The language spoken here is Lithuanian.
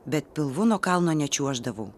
bet pilvu nuo kalno nečiuoždavau